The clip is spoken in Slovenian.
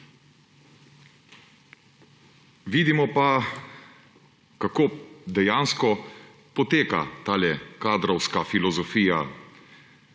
Vidimo pa, kako dejansko poteka ta kadrovska filozofija